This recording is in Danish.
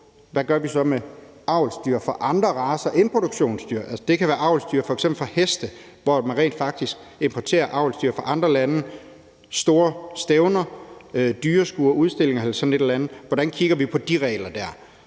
hvad vi gør med avlsdyrene fra andre racer end produktionsdyrene. Det kan f.eks. være avlsdyr for heste, hvor man rent faktisk importerer avlsdyr fra andre lande. Der er store stævner, dyrskuer, udstillinger eller andet. Hvordan vi kigger på de regler,